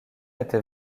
était